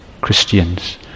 Christians